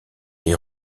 les